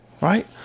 Right